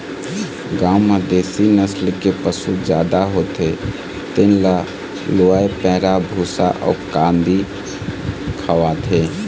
गाँव म देशी नसल के पशु जादा होथे तेन ल लूवय पैरा, भूसा अउ कांदी खवाथे